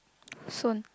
soon